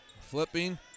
Flipping